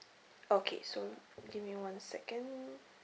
okay so give me one second